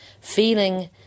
feeling